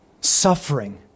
Suffering